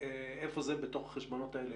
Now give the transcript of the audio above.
איפה זה בתוך החשבונות האלה?